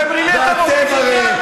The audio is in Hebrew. אתם רימיתם אותי.